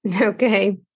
Okay